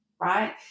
right